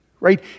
right